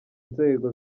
nzego